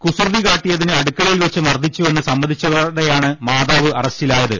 കുസൃതി കാട്ടിയതിന് അടുക്കളയിൽവെച്ച് മർദ്ദിച്ചുവെന്ന് സമ്മ തിച്ചതോടെയാണ് മാതാവ് അറസ്റ്റിലായത്